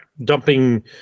dumping